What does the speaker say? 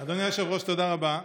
אדוני היושב-ראש, תודה רבה.